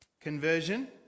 conversion